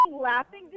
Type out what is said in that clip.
laughing